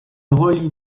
relie